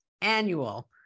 annual